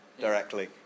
directly